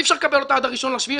אי אפשר לקבל אותה עד ה-1 ביולי,